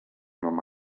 nom